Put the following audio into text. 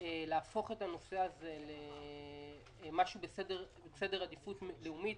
להפוך את הנושא הזה למשהו בסדר עדיפות לאומי,